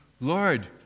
Lord